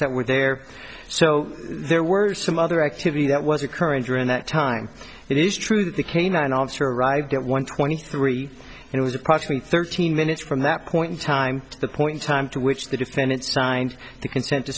that were there so there were some other activity that was occurring during that time it is true that the canine officer arrived at one twenty three and it was approximately thirteen minutes from that point in time to the point in time to which the defendant signed the consent to